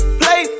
play